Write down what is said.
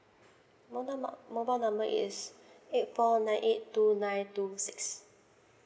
mobile num~ mobile number is eight four nine eight two nine two six